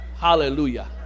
Hallelujah